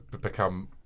become